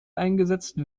eingesetzt